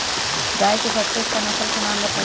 गाय के सबसे अच्छा नसल के नाम बताऊ?